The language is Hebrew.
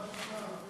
תורה לשמה.